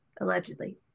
Allegedly